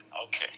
Okay